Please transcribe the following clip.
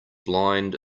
blind